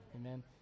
Amen